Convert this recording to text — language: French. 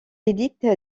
édite